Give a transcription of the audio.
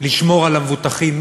לשמור על המבוטחים.